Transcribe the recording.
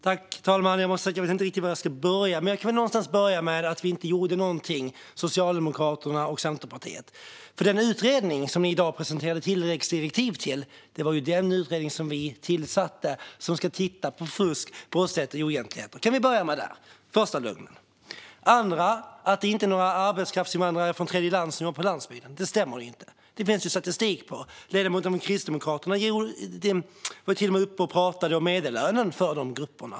Fru talman! Jag måste säga att jag inte riktigt vet var jag ska börja. Men jag kan väl börja med det där om att vi, Socialdemokraterna och Centerpartiet, inte gjorde någonting. Den utredning som ni i dag presenterade tilläggsdirektiv till är den utredning som vi tillsatte och som ska titta på fusk, brottslighet och oegentligheter. Jag börjar med detta, för det var den första lögnen. Den andra lögnen var att det inte är några arbetskraftsinvandrare från tredjeland som jobbar på landsbygden. Det stämmer inte. Det finns statistik över detta. Ledamoten från Kristdemokraterna var till och med uppe och pratade om medellönen för dessa grupper.